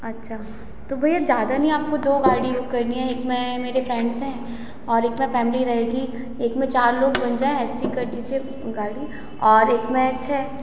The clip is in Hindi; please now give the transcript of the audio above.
अच्छा तो भैया ज़्यादा नहीं आपको दो गाड़ी बुक करनी है इसमें मेरे फ्रेंडस हैं और एक में फैमली रहेगी एक में चार लोग बन जाए ऐसी कर दीजिए गाड़ी और एक में छः